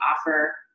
offer